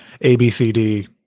ABCD